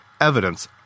evidence